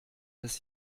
des